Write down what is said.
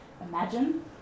imagine